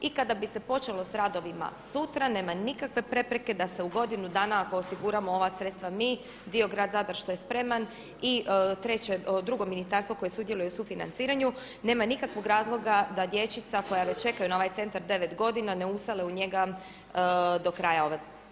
I kada bi se počelo sa radovima sutra nema nikakve prepreke da se u godinu dana ako osiguramo ova sredstva mi dio grad Zadar što je spreman i treće, drugo ministarstvo koje sudjeluje u sufinanciranju nema nikakvog razloga da dječica koja već čekaju na ovaj centar 9 godina ne usele u njega do kraja ove